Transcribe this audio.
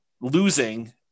losing